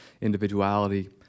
individuality